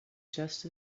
just